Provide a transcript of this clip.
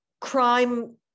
Crime